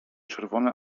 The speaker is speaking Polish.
czerwone